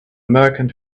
merchant